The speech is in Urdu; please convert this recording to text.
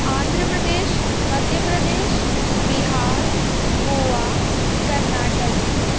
آندھر پردیش مدھیہ پردیش بہار گوا کرناٹک